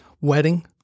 wedding